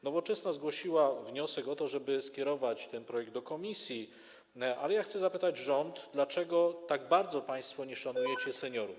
Nowoczesna zgłosiła wniosek o to, żeby skierować ten projekt do komisji, ale ja chcę zapytać rząd: Dlaczego tak bardzo państwo nie szanujecie seniorów?